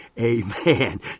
Amen